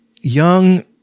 young